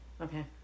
Okay